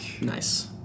Nice